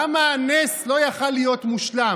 למה הנס לא יכול להיות מושלם?